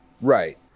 right